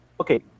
Okay